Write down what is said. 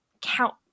count